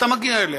אתה מגיע אליה,